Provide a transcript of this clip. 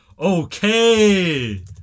Okay